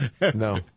No